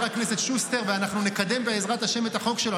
הכנסת שוסטר ונקדם בעזרת השם את החוק שלו,